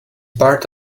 part